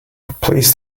please